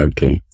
Okay